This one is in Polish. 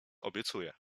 obiecuję